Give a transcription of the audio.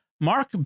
Mark